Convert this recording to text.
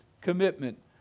commitment